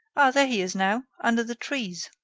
ah, there he is now, under the trees.